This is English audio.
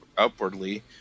Upwardly